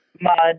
mud